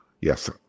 Yes